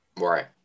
Right